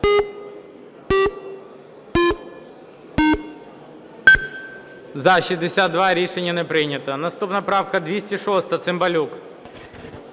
За-62 Рішення не прийнято. Наступна правка 206-а, Цимбалюк.